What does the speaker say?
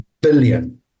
billion